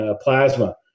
plasma